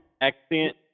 accent